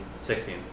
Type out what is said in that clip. Sixteen